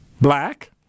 black